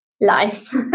life